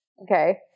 okay